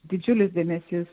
didžiulis dėmesys